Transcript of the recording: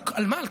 על מה?